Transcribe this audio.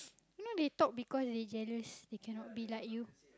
you know they talk because they jealous they cannot be like you